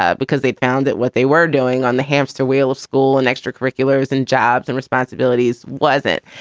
ah because they found that what they were doing on the hamster wheel of school and extracurriculars and jobs and responsibilities was it.